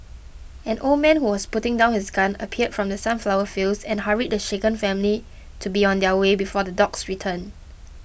an old man who was putting down his gun appeared from the sunflower fields and hurried the shaken family to be on their way before the dogs return